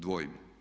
Dvojim.